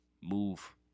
move